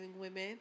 women